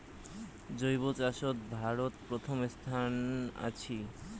জৈব চাষত ভারত প্রথম স্থানত আছি